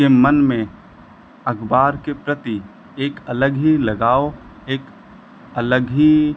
के मन में अखबार के प्रति एक अलग ही लगाव एक अलग ही